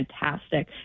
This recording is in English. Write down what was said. fantastic